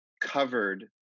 covered